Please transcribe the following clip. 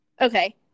Okay